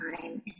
time